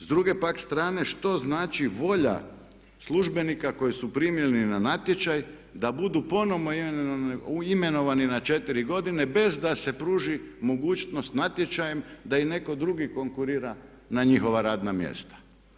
S druge pak strane što znači volja službenika koji su primljeni na natječaj da budu ponovno imenovani na četiri godine bez da se pruži mogućnost natječajem da im netko drugi konkurira na njihova radna mjesta.